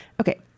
Okay